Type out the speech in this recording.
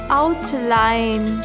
outline